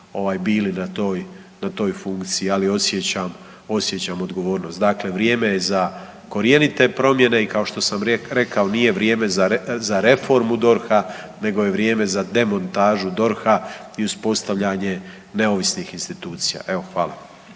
bili na toj funkciji, ali osjećam odgovornost. Dakle, vrijeme je za korjenite promjene i kao što sam rekao nije vrijeme za reformu DORH-a nego je vrijeme za demontažu DORH- a i uspostavljanje neovisnih institucija. Hvala.